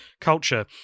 culture